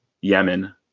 Yemen